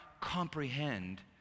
comprehend